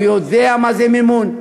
הוא יודע מה זה מימון,